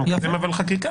אבל אתה מקדם חקיקה.